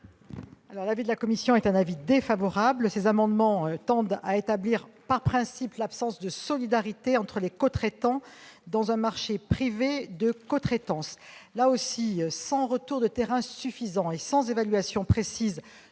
? La commission est défavorable à ces amendements, qui tendent à établir, par principe, l'absence de solidarité entre les cotraitants dans un marché privé de cotraitance. Là encore, sans retour de terrain suffisant et sans évaluation précise